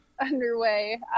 underway